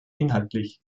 inhaltlich